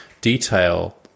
detail